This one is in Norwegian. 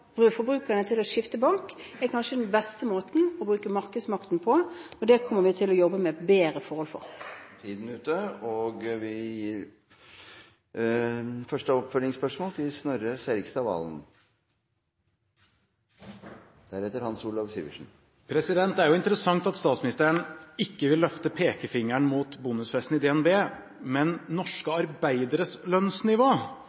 forbrukerne til å skifte bank er kanskje den beste måten å bruke markedsmakten på. Det kommer vi til å jobbe med bedre for å få. Det åpnes for oppfølgingsspørsmål – først Snorre Serigstad Valen. Det er interessant at statsministeren ikke vil løfte pekefingeren mot bonusfesten i DNB. Men